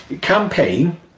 campaign